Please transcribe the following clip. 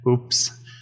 oops